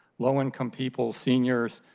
low income people, seniors,